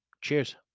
Cheers